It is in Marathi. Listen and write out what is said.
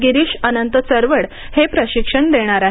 गिरीष अनंत चरवड हे प्रशिक्षण देणार आहेत